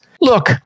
Look